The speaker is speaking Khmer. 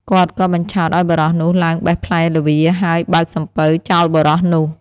គាត់ក៏បញ្ឆោតឱ្យបុរសនោះឡើងបេះផ្លែល្វា ហើយបើកសំពៅចោលបុរសនោះ។